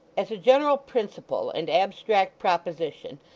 as a general principle and abstract proposition,